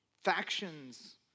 Factions